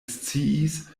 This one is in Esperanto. sciis